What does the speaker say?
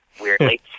weirdly